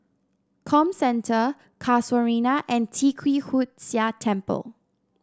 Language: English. Comcentre Casuarina and Tee Kwee Hood Sia Temple